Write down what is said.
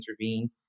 intervene